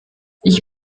ich